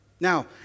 Now